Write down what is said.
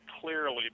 clearly